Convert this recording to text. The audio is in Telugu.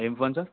ఏం ఫోన్ సార్